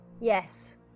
Yes